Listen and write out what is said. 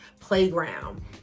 playground